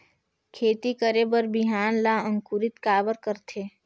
खेती करे बर बिहान ला अंकुरित काबर करथे?